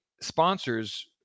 sponsors